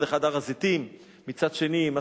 מצד אחד הר-הזיתים,